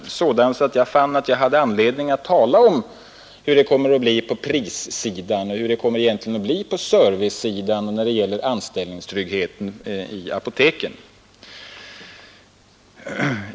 Den är sådan att jag fann att jag hade anledning att ta upp frågan om hur det kommer att bli på prissidan och servicesidan och anställningstryggheten i apoteken.